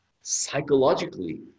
psychologically